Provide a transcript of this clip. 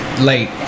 Late